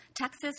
Texas